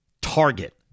target